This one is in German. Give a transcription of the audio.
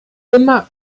immer